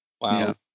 Wow